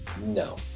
No